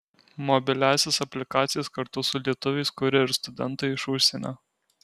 mobiliąsias aplikacijas kartu su lietuviais kuria ir studentai iš užsienio